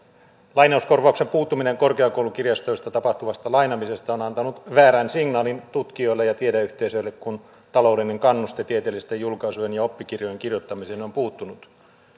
lainauskorvauksen puuttuminen korkeakoulukirjastoista tapahtuvasta lainaamisesta on antanut väärän signaalin tutkijoille ja tiedeyhteisöille kun taloudellinen kannuste tieteellisten julkaisujen ja oppikirjojen kirjoittamiseen on puuttunut